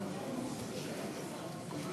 כבוד